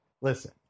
Listen